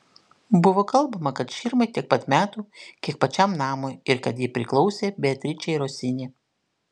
buvo kalbama kad širmai tiek pat metų kiek pačiam namui ir kad ji priklausė beatričei rosini